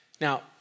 Now